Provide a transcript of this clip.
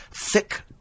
thick